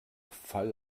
fall